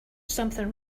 something